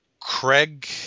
Craig